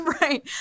right